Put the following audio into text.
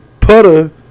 putter